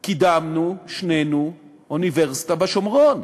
קידמנו, שנינו, אוניברסיטה בשומרון.